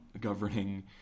governing